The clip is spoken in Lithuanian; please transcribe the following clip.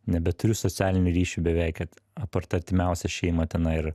nebeturiu socialinių ryšių beveik kad apart artimiausia šeima tenai ir